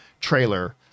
trailer